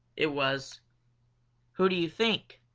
it was who do you think?